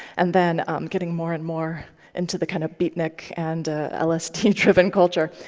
and then getting more and more into the kind of beatnik and ah less teen-driven culture.